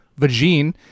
Vagine